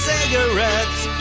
Cigarettes